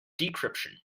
decryption